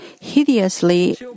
hideously